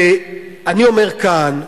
אני אומר כאן,